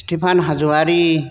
Stefan Hajowary